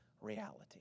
reality